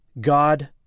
God